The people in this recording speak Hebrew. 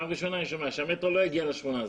פעם ראשונה אני שומע שהמטרו לא יגיע לשכונה הזאת.